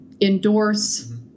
endorse